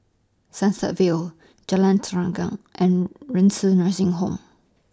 Sunset Vale Jalan Terentang and Renci Nursing Home